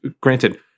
granted